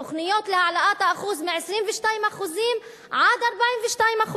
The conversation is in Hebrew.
תוכניות להעלאת האחוז מ-22% עד 42%,